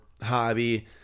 hobby